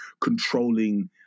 controlling